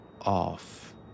off